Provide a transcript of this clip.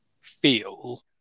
feel